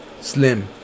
Slim